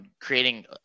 creating